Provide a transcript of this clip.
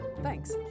thanks